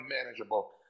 unmanageable